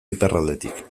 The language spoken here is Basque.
iparraldetik